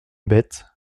bête